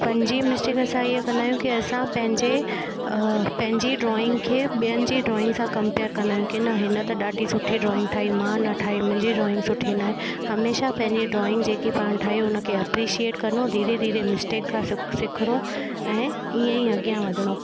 पंजी मिस्टेक असां हीअं कंदा आहियूं की असां पंहिंजे पंहिंजी ड्रॉइंग खे ॿियनि जी ड्रॉइंग सां कंपेयर कंदा आहियूं की न हिन त ॾाढी सुठी ड्रॉइंग ठाही मां न ठाही मुंहिंजी ड्रॉइंग सुठी न आहे हमेशह पंहिंजी ड्रॉइंग जेकी पाण ठाही उनखे शेड करिणो धीरे धीरे मिस्टेक खां सिखिणो ऐं ईअं ई अॻियां वधिणो